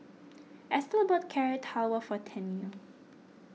Estelle bought Carrot Halwa for Tennille